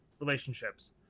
relationships